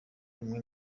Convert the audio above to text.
rumwe